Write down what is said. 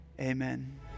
Amen